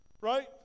right